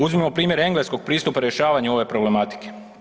Uzmimo primjer engleskog pristupa rješavanju ove problematike.